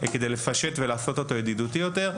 כדי לפשט ולעשות אותו ידידותי יותר.